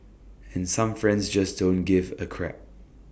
and some friends just don't give A crap